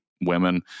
women